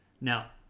now